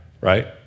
right